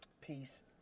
Peace